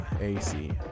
AC